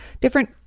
different